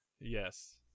Yes